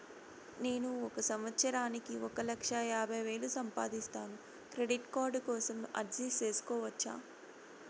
నేను ఒక సంవత్సరానికి ఒక లక్ష యాభై వేలు సంపాదిస్తాను, క్రెడిట్ కార్డు కోసం అర్జీ సేసుకోవచ్చా?